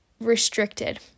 Restricted